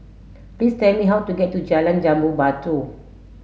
please tell me how to get to Jalan Jambu Batu